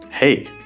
Hey